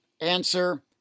ANSWER